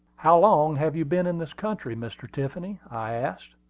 how long have you been in this country, mr. tiffany? i asked,